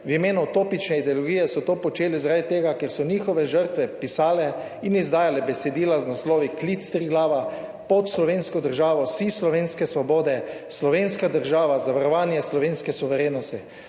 V imenu utopične ideologije so to počeli zaradi tega, ker so njihove žrtve pisale in izdajale besedila z naslovi Klic s Triglava, Pod slovensko državo, Sij slovenske svobode, Slovenska država, Zavarovanje slovenske suverenosti.